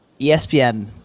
ESPN